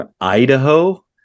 Idaho